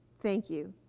thank you.